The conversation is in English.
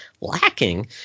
lacking